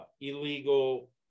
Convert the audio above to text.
illegal